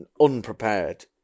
unprepared